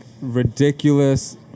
ridiculous